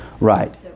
Right